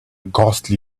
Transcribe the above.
ghostly